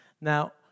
Now